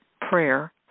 prayer